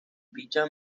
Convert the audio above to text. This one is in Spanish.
dicha